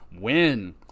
win